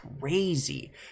crazy